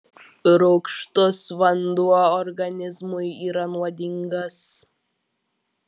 rūgštus vanduo organizmui yra nuodingas